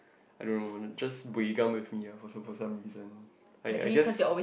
I don't know like just buay gam with me lah for some for some reason I I guess